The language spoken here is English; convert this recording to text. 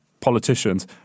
politicians